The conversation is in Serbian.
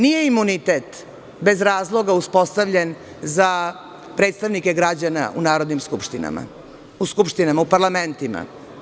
Nije imunitet bez razloga uspostavljen za predstavnike građana u narodnim skupštinama, u parlamentima.